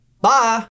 bye